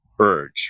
urge